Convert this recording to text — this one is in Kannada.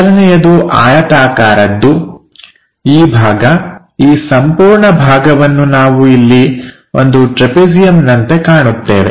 ಮೊದಲನೆಯದು ಆಯತಾಕಾರದ್ದು ಈ ಭಾಗ ಈ ಸಂಪೂರ್ಣ ಭಾಗವನ್ನು ನಾವು ಇಲ್ಲಿ ಒಂದು ಟ್ರೆಪೆಜಿಯಂನಂತೆ ಕಾಣುತ್ತೇವೆ